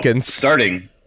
starting